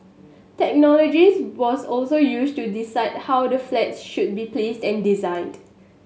technologies was also used to decide how the flats should be placed and designed